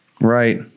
Right